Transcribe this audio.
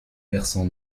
versant